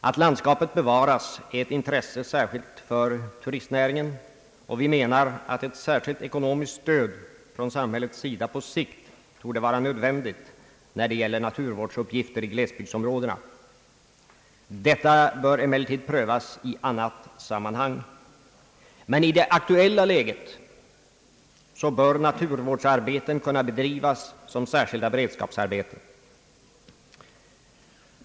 Att landskapet bevaras är ett intresse särskilt för turistnäringen, och vi menar att ett särskilt ekonomiskt stöd från samhällets sida på sikt torde vara nödvändigt när det gäller naturvårdsuppgifter i glesbygdsområdena. Detta bör emellertid prövas i annat sammanhang. Men i det aktuella läget så bör naturvårdsarbeten kunna bedrivas som särskilda beredskapsarbeten.